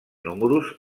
números